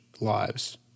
lives